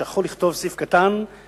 שכחו לכתוב "סעיף קטן".